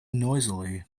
noisily